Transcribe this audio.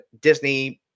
Disney+